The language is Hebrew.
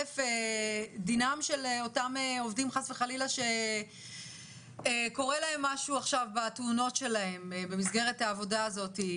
דינם של אותם עובדים שקורה להם משהו בתאונות שלהם במסגרת העבודה הזאת,